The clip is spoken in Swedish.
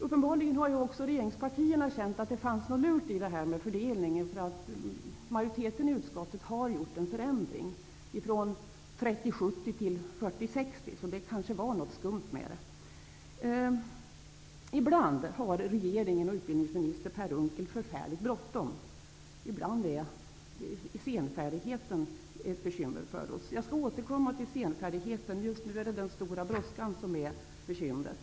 Uppenbarligen har också regeringspartierna känt att det var något lurt med fördelningen, eftersom majoriteten i utskottet har gjort en justering av dessa siffror från 30 % resp.70 % till 40 % resp. Ibland har regeringen och utbildningsminister Per Unckel förfärligt bråttom. Ibland är senfärdigheten ett bekymmer för oss. Jag skall återkomma till den. Just nu är det den stora brådskan som är bekymret.